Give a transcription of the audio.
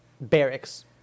barracks